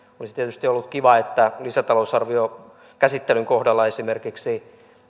olisi tietysti ollut kiva että lisätalousarvion käsittelyn kohdalla esimerkiksi